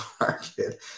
market